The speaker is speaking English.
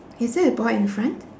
is there a boy in front